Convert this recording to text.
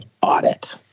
audit